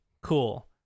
cool